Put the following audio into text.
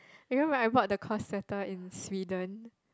remember I bought the course sweater in Sweden